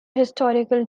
historical